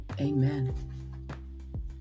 Amen